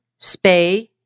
spay